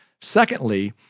Secondly